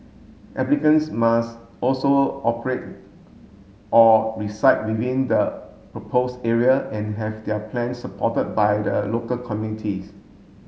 applicants must also operate or reside within the proposed area and have their plans supported by the local communities